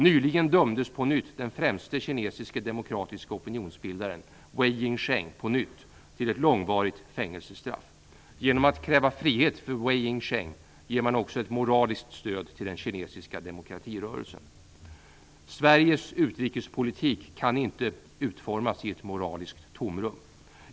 Nyligen dömdes på nytt den främste kinesiske demokratiske opinionsbildaren, Wei Jingsheng, på nytt till ett långvarigt fängelsestraff. Genom att kräva frihet för Wei Jingsheng ger man också ett moraliskt stöd till den kinesiska demokratirörelsen. Sveriges utrikespolitik kan inte utformas i ett moraliskt tomrum.